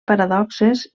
paradoxes